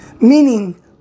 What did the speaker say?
Meaning